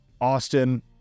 Austin